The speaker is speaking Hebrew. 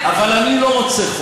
אני מציע,